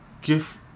give